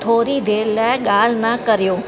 थोरी देरि लाइ ॻाल्हि न करियो